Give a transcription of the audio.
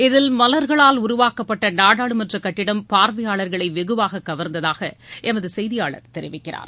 இதில் மலர்களால் உருவாக்கப்பட்ட நாடாளுமன்ற கட்டடம் பார்வையாளர்களை வெகுவாக கவா்ந்ததாக எமது செய்தியாளர் தெரிவிக்கிறார்